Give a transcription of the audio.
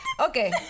Okay